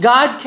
God